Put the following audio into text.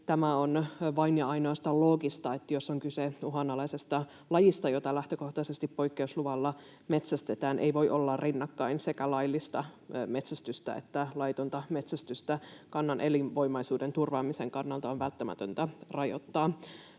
tämä on vain ja ainoastaan loogista, että jos on kyse uhanalaisesta lajista, jota lähtökohtaisesti poikkeusluvalla metsästetään, ei voi olla rinnakkain sekä laillista metsästystä että laitonta metsästystä. Kannan elinvoimaisuuden turvaamisen kannalta on välttämätöntä rajoittaa